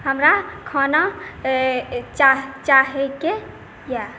हमरा खाना चाहै चाहैके अइ